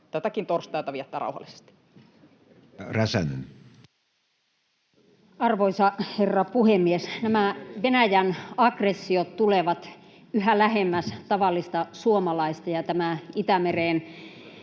tätäkin torstaita viettää rauhallisesti. Edustaja Räsänen. Arvoisa herra puhemies! Nämä Venäjän aggressiot tulevat yhä lähemmäs tavallista suomalaista, ja tämä Itämereen